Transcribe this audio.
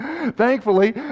Thankfully